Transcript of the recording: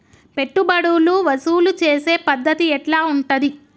పెట్టుబడులు వసూలు చేసే పద్ధతి ఎట్లా ఉంటది?